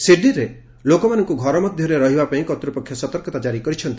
ସିଡ୍ନୀରେ ଲୋକମାନଙ୍କୁ ଘର ମଧ୍ୟରେ ରହିବାପାଇଁ କର୍ତ୍ତ୍ୱପକ୍ଷ ସତର୍କତା ଜାରି କରିଛନ୍ତି